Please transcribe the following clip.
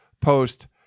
post